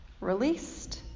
released